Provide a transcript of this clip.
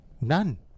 None